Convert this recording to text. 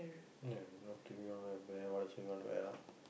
and up to you lah you want to wear what also wear lah